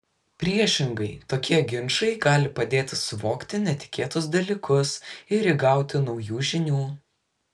priešingai tokie ginčai gali padėti suvokti netikėtus dalykus ir įgauti naujų žinių